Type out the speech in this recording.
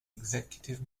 executive